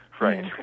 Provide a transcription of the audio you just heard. Right